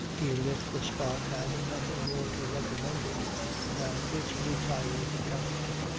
even if the spot had nothing more to recommend it than its retired character.